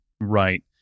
right